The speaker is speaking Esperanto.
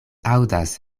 aŭdas